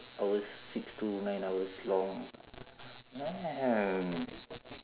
hours six to nine hours long